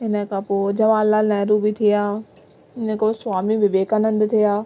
हिनखां पोइ जवाहरलाल नेहरु बि थी विया हिनखां स्वामी विवेकानंद थिया